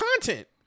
content